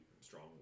strong